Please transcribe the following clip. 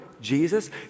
Jesus